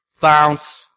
Bounce